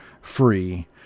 free